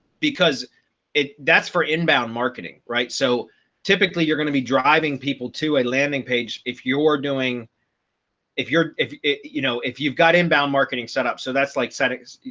because it that's for inbound marketing, right. so typically, you're going to be driving people to a landing page, if you're doing if you're if you know, if you've got inbound marketing setup. so that's like settings,